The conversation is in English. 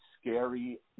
scary